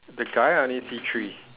the guy I only see three